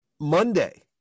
Monday